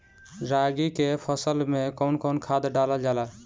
रागी के फसल मे कउन कउन खाद डालल जाला?